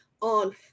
On